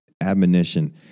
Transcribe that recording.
admonition